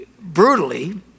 brutally